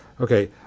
okay